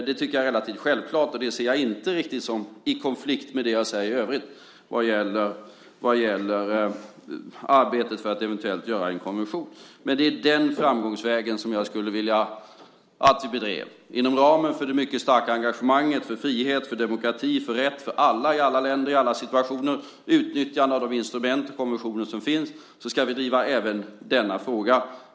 Det tycker jag är relativt självklart, och det ser jag inte riktigt står i konflikt med det som jag säger i övrigt vad gäller arbetet för att eventuellt åstadkomma en konvention. Det är den framgångsvägen som jag skulle vilja att vi bedrev inom ramen för det mycket starka engagemanget för frihet och demokrati och rätt för alla i alla länder i alla situationer, utnyttjande av de instrument och konventioner som finns. Så ska vi driva även denna fråga.